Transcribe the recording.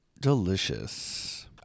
Delicious